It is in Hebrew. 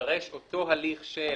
יידרש אותו הליך של